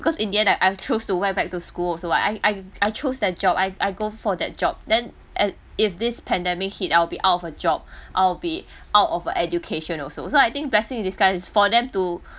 because in the end I have choose to went back to school also but I I I choose that job I I go for that job than and if this pandemic hit out I will be out of a job I will be out of education also so I think blessings in disguise for them to